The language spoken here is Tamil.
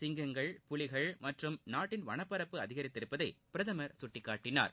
சிங்கங்கள் புலிகள் மற்றும் நாட்டின் வனப்பரப்பு அதிகரித்திருப்பதை பிரதமர் சுட்டிக்காட்டினார்